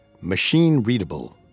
machine-readable